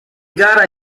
gara